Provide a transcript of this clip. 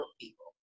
people